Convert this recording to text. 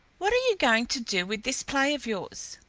what are you going to do with this play of yours?